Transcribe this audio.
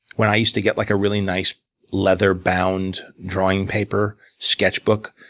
when i used to get like a really nice leather-bound drawing paper sketchbook,